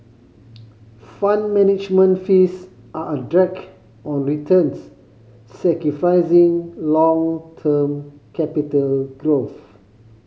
Fund Management fees are a drag on returns sacrificing long term capital growth